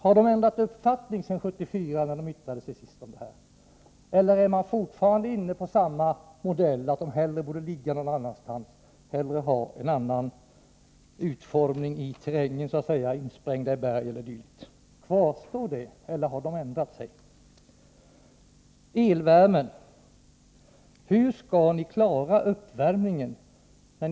Har de ändrat uppfattning sedan 1974, när de senast yttrade sig om detta, eller är de fortfarande inne på samma tanke, att kärnkraftverken hellre borde ligga någon annanstans, att de hellre borde vara insprängda i berg o. d.? Kvarstår deras tidigare uppfattning, eller har de ändrat sig? Så en fråga som gäller eluppvärmningen. Hur skall ni klara den?